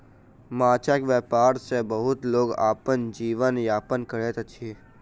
माँछक व्यापार सॅ बहुत लोक अपन जीवन यापन करैत अछि